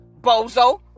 bozo